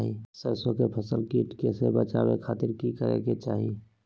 सरसों की फसल के कीट से बचावे खातिर की करे के चाही?